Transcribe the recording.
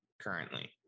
currently